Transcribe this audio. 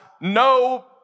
no